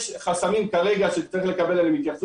יש כרגע חסמים שצריך לקבל עליהם התייחסות